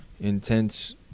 intense